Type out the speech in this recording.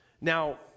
Now